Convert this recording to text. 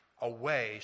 Away